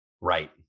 Right